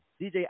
DJ